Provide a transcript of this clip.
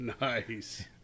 Nice